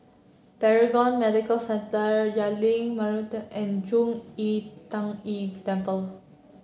Paragon Medical Centre Jalan Bunga Rampai and Zhong Yi Tan Yi Temple